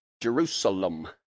jerusalem